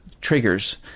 triggers